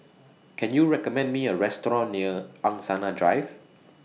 Can YOU recommend Me A Restaurant near Angsana Drive